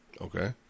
Okay